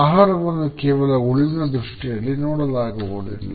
ಆಹಾರವನ್ನು ಕೇವಲ ಉಳಿವಿನ ದೃಷ್ಟಿಯಲ್ಲಿ ನೋಡಲಾಗುವುದಿಲ್ಲ